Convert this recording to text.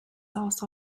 also